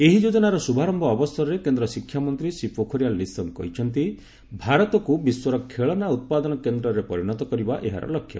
ଏହି ଯୋଜନାର ଶୁଭାରମ୍ଭ ଅବସରରେ କେନ୍ଦ୍ର ଶିକ୍ଷାମନ୍ତ୍ରୀ ଶ୍ରୀ ପୋଖରିଆଲ୍ ନିଶଙ୍କ କହିଛନ୍ତି ଭାରତକୁ ବିଶ୍ୱର ଖେଳନା ଉତ୍ପାଦନ କେନ୍ଦ୍ରରେ ପରିଣତ କରିବା ଏହାର ଲକ୍ଷ୍ୟ